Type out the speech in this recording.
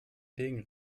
degen